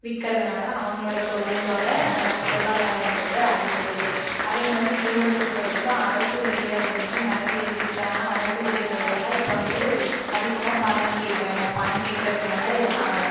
விக்கறதனால அவங்களோட தொழிலோட பொருளாதாரம் வந்துட்டு அதிகரிக்குது அதே மாதிரி ஈரோடு பொறுத்த வரைக்கும் அரசு வேலைகள் வந்துட்டு நிறைய இருக்குது ஆனால் அரசு வேலைகள் எல்லாம் இப்போ வந்து அதிகமாக பணம் கேட்கறாங்க பணம் கேட்கறதுனால யா